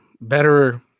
better